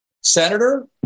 Senator